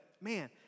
man